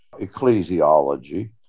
ecclesiology